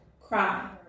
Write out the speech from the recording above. Cry